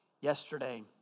yesterday